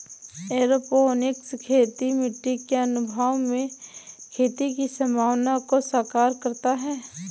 aeroponics खेती मिट्टी के अभाव में खेती की संभावना को साकार करता है